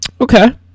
Okay